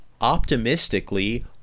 optimistically